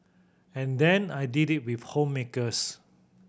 and then I did it with homemakers